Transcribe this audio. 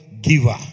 giver